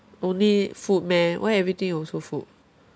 only food meh why everything also food